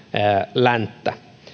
länttä